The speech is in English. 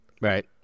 Right